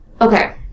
Okay